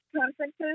conferences